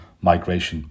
migration